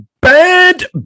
bad